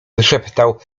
wyszeptał